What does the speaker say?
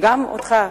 גם אותך,